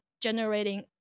generating